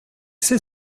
sait